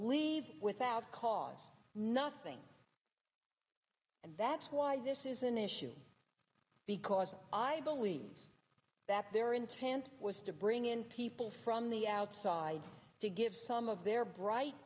leave without cause nothing and that's why this is an issue because i believe that their intent was to bring in people from the outside to give some of their bright